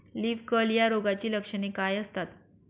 Leaf curl या रोगाची लक्षणे काय असतात?